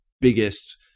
biggest